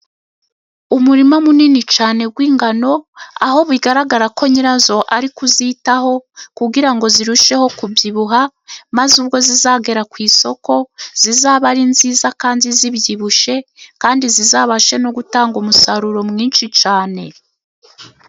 Umurima munini cyane w'ingano, aho bigaragara ko nyirazo ari kuzitaho kugira ngo zirusheho kubyibuha, maze ubwo zizagera ku isoko, zizabe ari nziza kandi zibyibushye, kandi zizabashe no gutanga umusaruro mwinshi cyane.